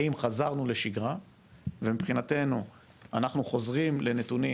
האם חזרנו לשגרה ומבחינתנו אנחנו חוזרים לנתונים